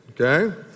okay